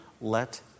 let